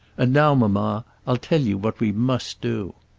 and now, mamma, i'll tell you what we must do.